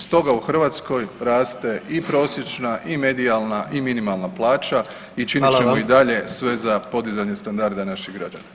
Stoga u Hrvatskoj raste i prosječna i medijalna i minimalna plaća i činit ćemo i dalje [[Upadica: Hvala vam]] sve za podizanje standarda naših građana.